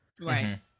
right